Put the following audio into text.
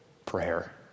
prayer